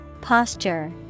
Posture